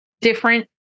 different